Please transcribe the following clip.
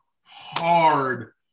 hard